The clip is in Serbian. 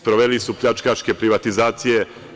Sproveli su pljačkaške privatizacije.